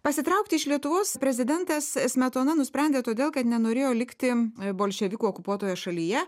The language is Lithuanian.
pasitraukti iš lietuvos prezidentas smetona nusprendė todėl kad nenorėjo likti bolševikų okupuotoje šalyje